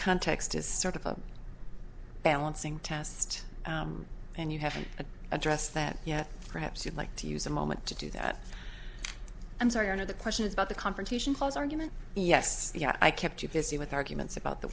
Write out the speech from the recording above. context is sort of a balancing test and you haven't addressed that yet perhaps you'd like to use a moment to do that i'm sorry one of the questions about the confrontation clause argument yes i kept you busy with arguments about the